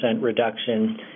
reduction